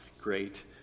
great